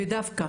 ודווקא